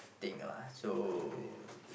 thing lah so